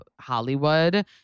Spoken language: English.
Hollywood